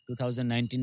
2019